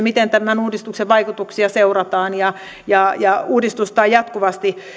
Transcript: miten tämän uudistuksen vaikutuksia seurataan ja ja uudistusta on jatkuvasti